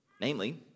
Namely